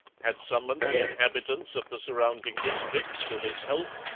had summoned the inhabitants of the surrounding districts to his help,